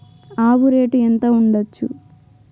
ఆవు రేటు ఎంత ఉండచ్చు?